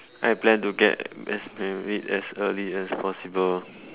I plan to get married as early as possible